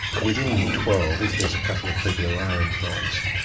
within twelve, if there's a couple of people who are influenced,